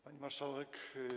Pani Marszałek!